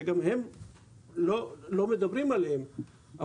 שלא מדברים עליהן,